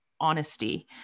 honesty